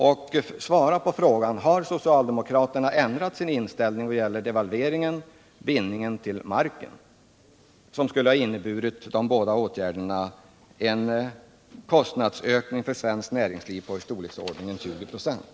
Svara också på frågan: Har socialdemokraterna ändrat sin inställning när det gäller devalveringen och bindningen av vår valuta till den tyska marken — två åtgärder som skulle ha inneburit en kostnadsökning för svensk exportindustri i storleksordningen 20 96?